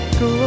go